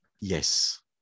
Yes